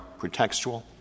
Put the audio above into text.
pretextual